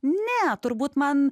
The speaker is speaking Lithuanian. ne turbūt man